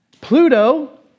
Pluto